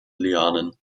lianen